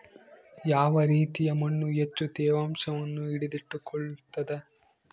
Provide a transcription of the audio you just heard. ಯಾವ ರೇತಿಯ ಮಣ್ಣು ಹೆಚ್ಚು ತೇವಾಂಶವನ್ನು ಹಿಡಿದಿಟ್ಟುಕೊಳ್ತದ?